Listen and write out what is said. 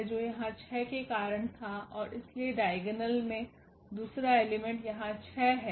जो यहां 6 के कारण था और इसलिए डाइगोनल में दूसरा एलिमेंट यहां 6 है